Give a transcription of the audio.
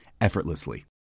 effortlessly